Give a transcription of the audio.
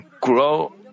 grow